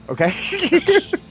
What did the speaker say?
okay